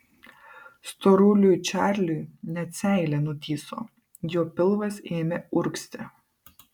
storuliui čarliui net seilė nutįso jo pilvas ėmė urgzti